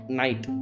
night